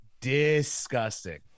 disgusting